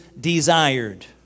desired